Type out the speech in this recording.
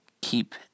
keep